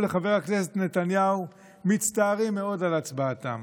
לחבר הכנסת נתניהו מצטערים מאוד על הצבעתם.